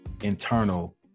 internal